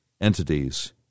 entities